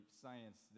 science